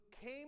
came